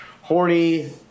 horny